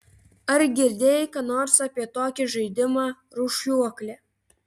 ar girdėjai ką nors apie tokį žaidimą rūšiuoklė